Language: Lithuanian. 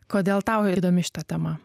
kodėl tau įdomi šita tema